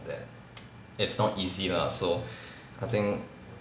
that it's not easy lah so I think